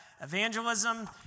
evangelism